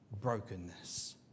brokenness